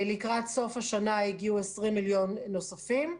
לקראת סוף השנה הגיעו 20 מיליון שקלים נוספים.